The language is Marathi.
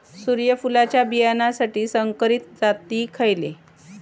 सूर्यफुलाच्या बियानासाठी संकरित जाती खयले?